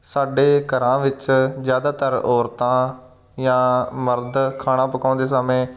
ਸਾਡੇ ਘਰਾਂ ਵਿੱਚ ਜ਼ਿਆਦਾਤਰ ਔਰਤਾਂ ਜਾਂ ਮਰਦ ਖਾਣਾ ਪਕਾਉਂਦੇ ਸਮੇਂ